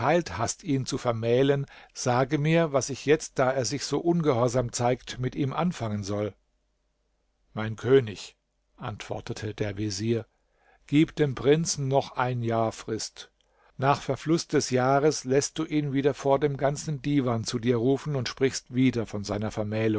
hast ihn zu vermählen sage mir was ich jetzt da er sich so ungehorsam zeigt mit ihm anfangen soll mein könig antwortete der vezier gib dem prinzen noch ein jahr frist nach verfluß des jahres läßt du ihn wieder vor dem ganzen divan zu dir rufen und sprichst wieder von seiner